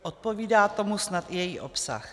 Odpovídá tomu snad i její obsah.